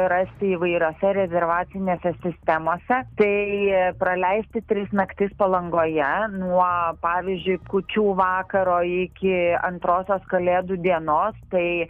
rasti įvairiose rezervacinėse sistemose tai praleisti tris naktis palangoje nuo pavyzdžiui kūčių vakaro iki antrosios kalėdų dienos tai